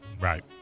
right